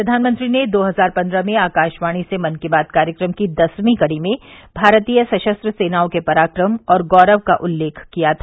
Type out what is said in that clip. प्रधानमंत्री ने दो हजार पन्द्रह में आकाशवाणी से मन की बात कार्यक्रम की दसवीं कड़ी में भारतीय सशस्त्र सेनाओं के पराक्रम और गौरव का उल्लेख किया था